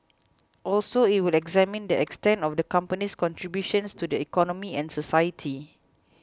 also it will examine the extent of the company's contributions to the economy and society